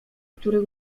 który